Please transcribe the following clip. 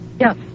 Yes